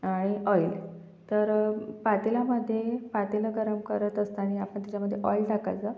आणि ऑइल तर पातेल्यामध्ये पातेलं गरम करत असताना आपण त्याच्यामध्ये ऑइल टाकायचं